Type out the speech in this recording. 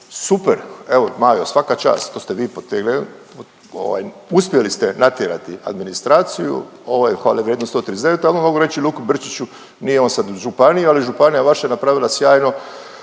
Super. Evo, Majo, svaka čast, to ste vi potegli, ovaj, uspjeli ste natjerati administraciju, ovo je hvale vrijedno 139, ali mogu reći i Luku Brčiću nije on sad u županiji, ali županija vaša je napravila sjajno,